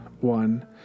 One